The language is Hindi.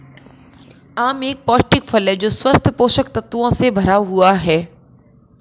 आम एक पौष्टिक फल है जो स्वस्थ पोषक तत्वों से भरा हुआ है